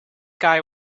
guy